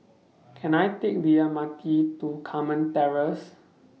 Can I Take The M R T to Carmen Terrace